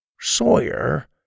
Sawyer